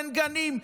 אין גנים,